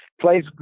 plays